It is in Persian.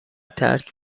ترک